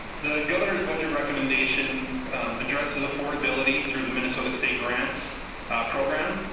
the governor's budget recommendation addresses affordability through the minnesota state grants program.